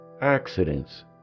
Accidents